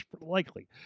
likely